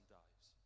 dies